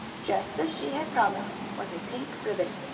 just as she had promised, was a pink ribbon.